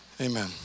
amen